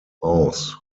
aus